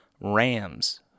Rams